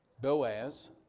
Boaz